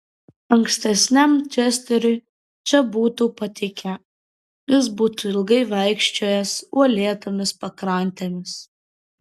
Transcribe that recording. ankstesniam česteriui čia būtų patikę jis būtų ilgai vaikščiojęs uolėtomis pakrantėmis